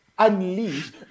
unleash